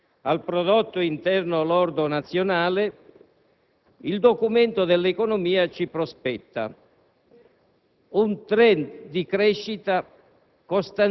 al prodotto interno lordo nazionale, il Documento dell'economia ci prospetta